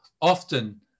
often